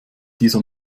dieser